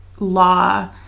law